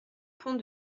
pont